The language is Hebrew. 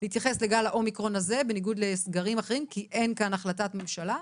לגל האומיקרון הזה מכיוון שאין כאן החלטת ממשלה.